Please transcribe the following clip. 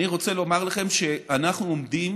אני רוצה לומר לכם שאנחנו עומדים